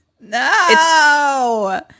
No